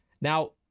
Now